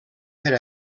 per